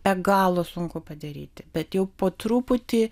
be galo sunku padaryti bet jau po truputį